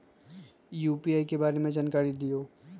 UPI के बारे में जानकारी दियौ?